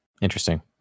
Interesting